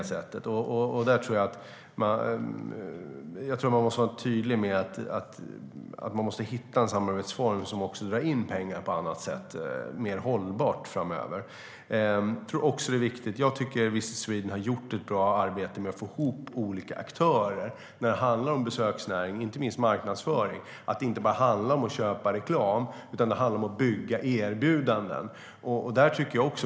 Jag tror man måste vara tydlig med att man måste hitta en samarbetsform som också drar in pengar på annat sätt mer hållbart framöver. Jag tycker att Visit Sweden har gjort ett bra arbete med att få ihop olika aktörer. När det handlar om besöksnäring, inte minst marknadsföring, handlar det inte om att bara köpa reklam utan om att så att säga bygga erbjudanden.